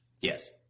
Yes